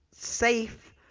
safe